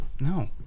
No